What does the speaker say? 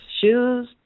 shoes